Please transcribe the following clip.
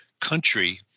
country